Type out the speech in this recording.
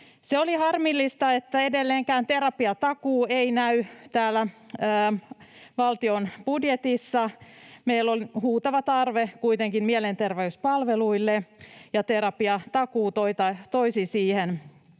Oli harmillista, että edelleenkään terapiatakuu ei näy täällä valtion budjetissa. Meillä on kuitenkin huutava tarve mielenterveyspalveluille, ja terapiatakuu toisi siihen